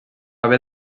haver